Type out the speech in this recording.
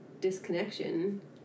disconnection